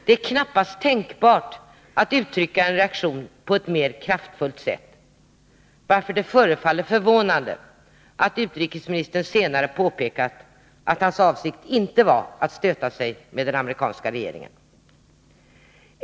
Det är knappast tänkbart att uttrycka en reaktion på ett mer kraftfullt sätt, varför det förefaller förvånande att utrikesministern senare påpekat att hans avsikt inte var att stöta sig med den amerikanska regeringen.